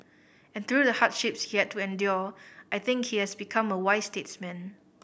and through the hardship he had to endure I think he has become a wise statesman